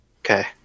Okay